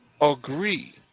agree